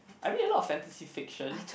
I read a lot of fantasy fiction